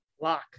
lock